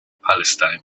palestine